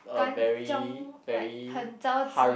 kan-chiong like 很着急